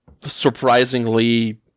surprisingly